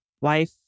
wife